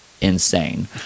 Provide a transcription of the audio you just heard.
insane